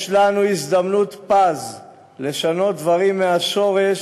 יש לנו הזדמנות פז לשנות דברים מהשורש